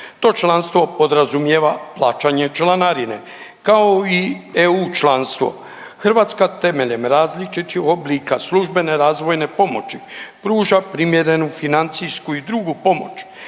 To članstvo podrazumijeva plaćanje članarine kao i EU članstvo. Hrvatska temeljem različitih oblika službene razvojne pomoći pruža primjerenu financiju i drugu pomoć